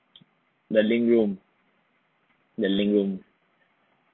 the linked room the linked room